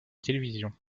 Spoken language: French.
télévision